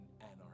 anarchy